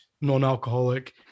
non-alcoholic